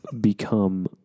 become